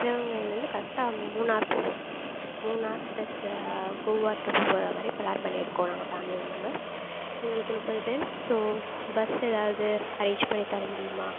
சிவகங்கையில் இருந்து கரெக்டாக மூணார் போகணும் மூணார் ப்ளஸ் கோவா டிர்ப் போகிற மாதிரி ப்ளான் பண்ணியிருக்கோம் நாங்கள் ஃபேமிலி மெம்பெர்ஸ் எங்களுக்கு முப்பது பேரு ஸோ பஸ்ஸு ஏதாவது அரேஞ்ச் பண்ணி தரமுடியுமா